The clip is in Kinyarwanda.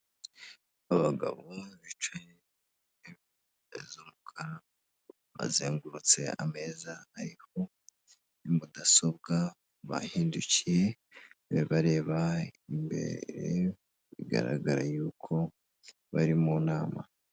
Abagabo bicaye mu ntebe z'umukara, bazengurutse ameza ariho mudasobwa bahindukiye bareba imbere bigaragara yuko bari mu nama.